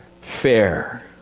fair